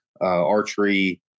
archery